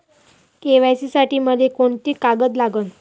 KYC साठी मले कोंते कागद लागन?